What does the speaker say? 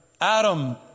Adam